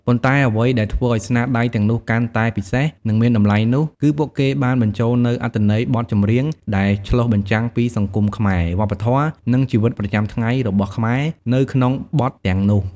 ប៉ុន្តែអ្វីដែលធ្វើឲ្យស្នាដៃទាំងនោះកាន់តែពិសេស និងមានតម្លៃនោះ គឺពួកគេបានបញ្ចូលនូវ អត្ថន័យបទចម្រៀងដែលឆ្លុះបញ្ចាំងពីសង្គមខ្មែរ វប្បធម៌ និងជីវិតប្រចាំថ្ងៃរបស់ខ្មែរ ទៅក្នុងបទទាំងនោះ។